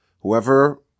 whoever